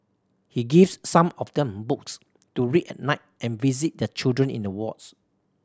he gives some of them books to read at night and visit the children in the wards